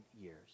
years